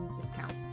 discounts